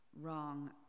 wrong